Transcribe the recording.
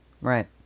Right